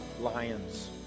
lions